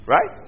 Right